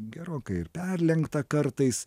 gerokai ir perlenkta kartais